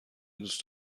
دوست